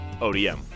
ODM